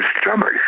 stomach